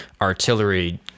artillery